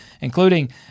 including